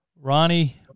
Ronnie